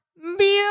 beautiful